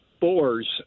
Boars